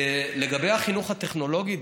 לגבי החינוך הטכנולוגי,